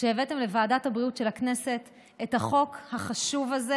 שהבאתם לוועדת הבריאות של הכנסת את החוק החשוב הזה,